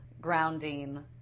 grounding